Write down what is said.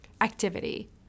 activity